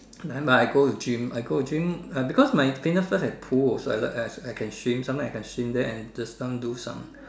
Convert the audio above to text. nevermind I go to gym I go to gym uh because my fitness first have pool so I I I can swim sometime I can swim there and just some do some